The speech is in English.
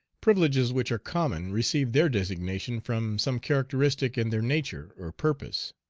privileges which are common receive their designation from some characteristic in their nature or purpose.